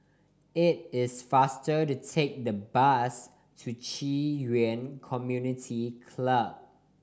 it is faster to take the bus to Yuan Community Club